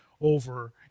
over